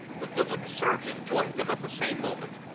the village surgeon joined them at the same moment,